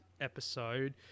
episode